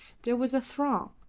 there was a throng,